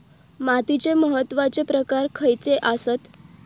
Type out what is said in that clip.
मातीचे महत्वाचे प्रकार खयचे आसत?